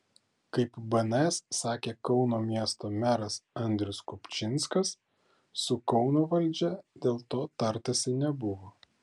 kaip bns sakė kauno miesto meras andrius kupčinskas su kauno valdžia dėl to tartasi nebuvo